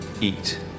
eat